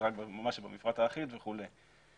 ממש במפרט האחיד וכולי.